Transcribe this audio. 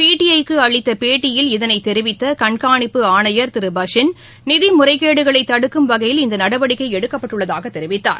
பிடிஐக்கு அளித்த பேட்டியில் இதனை தெரிவித்த கண்காணிப்பு ஆணையர் திரு பாஷின் நிதி முறைகேடுகளை தடுக்கும் வகையில் இந்த நடவடிக்கை எடுக்கப்பட்டுள்ளதாக தெரிவித்தார்